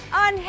on